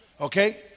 Okay